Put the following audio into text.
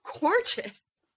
gorgeous